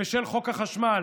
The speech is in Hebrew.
בשל חוק החשמל,